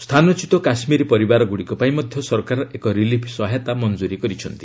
ସ୍ଥାନଚ୍ୟୁତ କାଶ୍ମିରୀ ପରିବାରଗୁଡିକ ପାଇଁ ମଧ୍ୟ ସରକାର ଏକ ରିଲିଫ ସହାୟତା ମଞ୍ଜୁରୀ କରିଛନ୍ତି